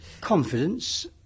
Confidence